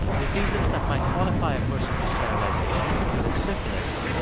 diseases that might qualify a person for sterilization included syphilis,